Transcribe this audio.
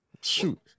Shoot